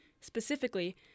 specifically